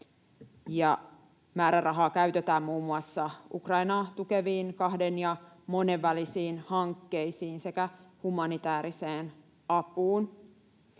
määrärahaa käytetään muun muassa Ukrainaa tukeviin kahden- ja monenvälisiin hankkeisiin sekä humanitääriseen apuun.